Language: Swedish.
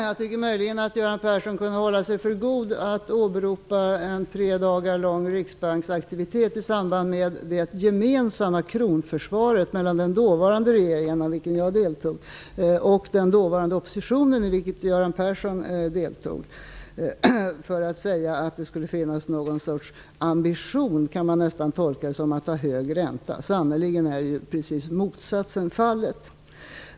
Fru talman! Jag tycker att Göran Persson kunde hålla sig för god att åberopa en tre dagar lång Riksbanksaktivitet i samband med det kronförsvar som var gemensamt för den dåvarande regeringen, i vilken jag deltog, och den dåvarande oppositionen, i vilken Göran Persson deltog. Man kan nästan tolka det som att det skulle ha funnits något slags ambition att ha hög ränta. Sannerligen är precis motsatsen fallet.